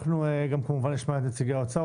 אנחנו כמובן נשמע עוד מעט את נציגי האוצר,